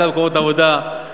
יותר מקומות עבודה,